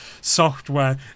software